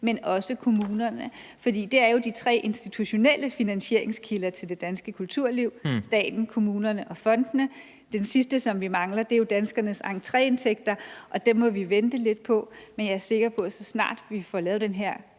men også kommunerne. For det er jo de tre institutionelle finansieringskilder til det danske kulturliv: staten, kommunerne og fondene. Den sidste, som vi mangler, er jo danskernes entreindtægter, og dem må vi vente lidt på. Men jeg er sikker på, at så snart vi får lavet den her